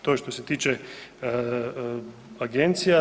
To je što se tiče agencija.